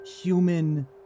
human